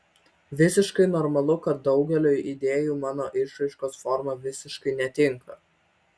visiškai normalu kad daugeliui idėjų mano išraiškos forma visiškai netinka